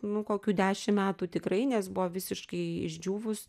nu kokių dešim metų tikrai nes buvo visiškai išdžiūvus